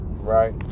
Right